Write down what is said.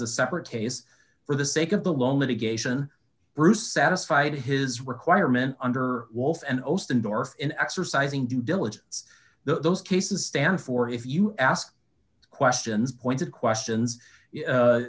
a separate case for the sake of the long litigation bruce satisfied his requirement under wolf and austin bar in exercising due diligence those cases stand for if you ask questions pointed questions y